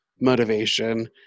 motivation